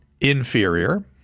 inferior